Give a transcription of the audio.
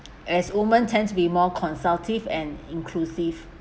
as women tend to be more consultative and inclusive